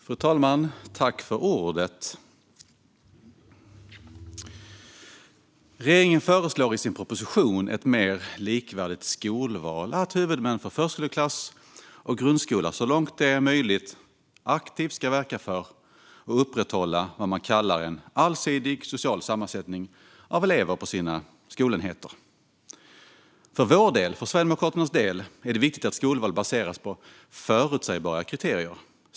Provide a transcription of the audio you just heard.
Fru talman! Regeringen föreslår i sin proposition Ett mer likvärdigt skolval att huvudmän för förskoleklass och grundskola så långt det är möjligt aktivt ska verka för och upprätthålla vad man kallar en allsidig social sammansättning av elever på sina skolenheter. För Sverigedemokraternas del är det viktigt att skolval baseras på förutsägbara kriterier.